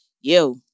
Yo